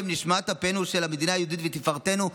שהם נשמת אפה של המדינה היהודית ותפארתנו,